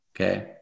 Okay